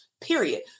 period